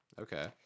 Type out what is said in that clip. okay